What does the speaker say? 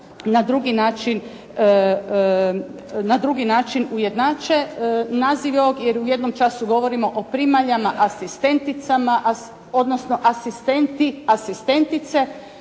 na drugi način ujednače nazivi ovog, jer u jednom času govorimo o primaljama asistenticama,